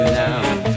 now